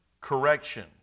correction